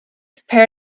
prepare